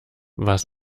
was